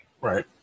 Right